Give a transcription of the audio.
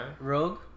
Rogue